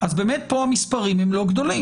אז באמת פה המספרים הם לא גדולים.